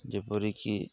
ଯେପରିକି